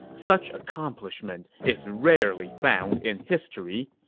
such accomplishment is rarely found in history.